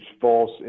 false